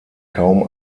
kaum